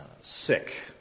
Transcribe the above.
sick